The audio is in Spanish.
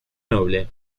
noble